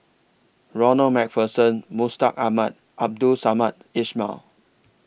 Ronald MacPherson Mustaq Ahmad Abdul Samad Ismail